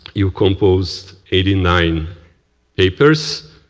you compose eighty nine papers